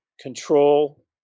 control